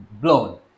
blown